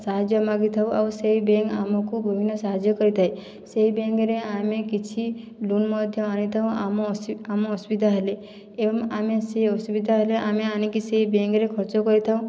ସାହାଯ୍ୟ ମାଗିଥାଉ ଆଉ ସେହି ବେଙ୍କ ଆମକୁ ବିଭିନ୍ନ ସାହାଯ୍ୟ କରିଥାଏ ସେହି ବେଙ୍କରେ ଆମେ କିଛି ଲୋନ ମଧ୍ୟ ଆଣିଥାଉ ଆମ ଅସୁ ଆମ ଅସୁବିଧା ହେଲେ ଏବଂ ଆମେ ସେ ଅସୁବିଧା ହେଲେ ଆମେ ଆଣିକି ସେହି ବେଙ୍କରେ ଖର୍ଚ୍ଚ କରିଥାଉ